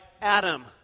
Adam